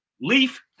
Leaf